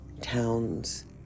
towns